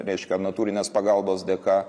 reiškia natūrinės pagalbos dėka